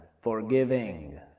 forgiving